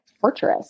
torturous